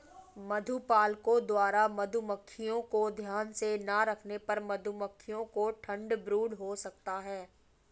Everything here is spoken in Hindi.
मधुपालकों द्वारा मधुमक्खियों को ध्यान से ना रखने पर मधुमक्खियों को ठंड ब्रूड हो सकता है